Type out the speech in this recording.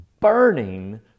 burning